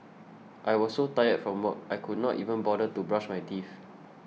I was so tired from work I could not even bother to brush my teeth